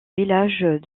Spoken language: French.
villages